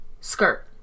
Skirt